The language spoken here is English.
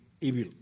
evil